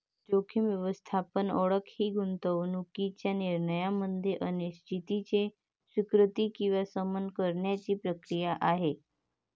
जोखीम व्यवस्थापन ओळख ही गुंतवणूकीच्या निर्णयामध्ये अनिश्चिततेची स्वीकृती किंवा शमन करण्याची प्रक्रिया आहे